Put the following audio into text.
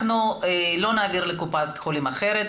אנחנו לא נעביר לקופת חולים אחרת,